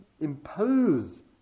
impose